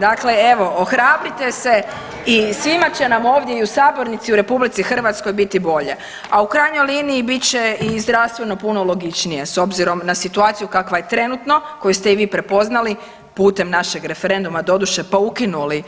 Dakle evo, ohrabrite se i svima će nam ovdje i u sabornici i u RH biti bolje, a u krajnjoj liniji, bit će i zdravstveno puno logičnije, s obzirom na situaciju kakva je trenutno koju ste i vi prepoznali, putem našeg referenduma, doduše pa ukinuli